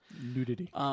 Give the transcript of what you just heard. nudity